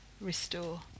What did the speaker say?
restore